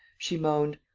she moaned.